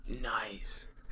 Nice